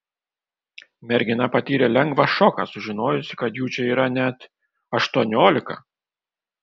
mergina patyrė lengvą šoką sužinojusi kad jų čia yra net aštuoniolika